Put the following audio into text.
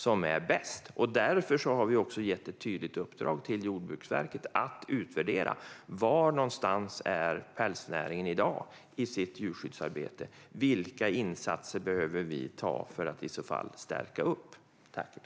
Vi har gett ett tydligt uppdrag till Jordbruksverket att utvärdera var pälsnäringen är i dag i sitt djurskyddsarbete och vilka insatser vi kan behöva göra för att stärka upp det.